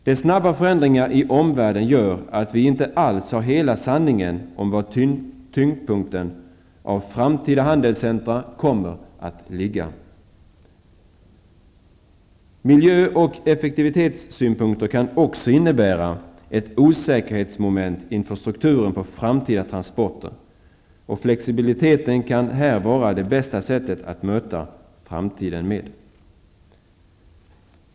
De snabba förändringarna i omvärlden gör att vi inte alls har hela sanningen om var tyngdpunkten för framtida handelscentra kommer att ligga. Miljö och effektivitetssynpunkter kan också innebära ett osäkerhetsmoment inför strukturen på framtida transporter. Flexibiliteten kan vara bästa sättet att möta framtiden.